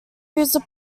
user